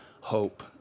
hope